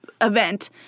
event